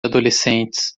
adolescentes